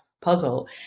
puzzle